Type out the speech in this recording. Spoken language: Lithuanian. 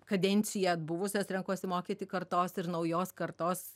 kadenciją atbuvusios renkuosi mokyti kartos ir naujos kartos